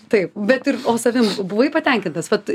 taip bet ir o savim buvai patenkintas vat